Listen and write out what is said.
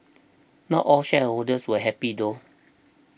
not all shareholders were happy though